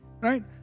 Right